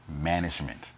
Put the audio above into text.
management